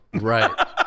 right